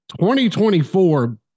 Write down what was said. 2024 –